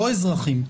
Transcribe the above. לא אזרחים,